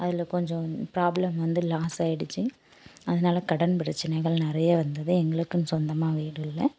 அதில் கொஞ்சம் ப்ராப்ளம் வந்து லாஸாயிடுச்சி அதனால கடன் பிரச்சினைகள் நிறைய வந்தது எங்களுக்குன்னு சொந்தமாக வீடு இல்லை